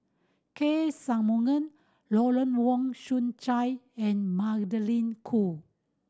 K Shanmugam Lawrence Wong Shyun Tsai and Magdalene Khoo